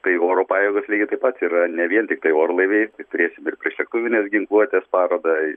tai oro pajėgos lygiai taip pat yra ne vien tiktai orlaiviai turėsim ir priešlėktuvinės ginkluotės parodą